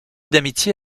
d’amitié